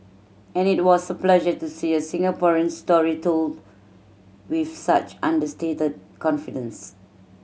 and it was a pleasure to see a Singaporean story told with such understated confidence